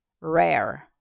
rare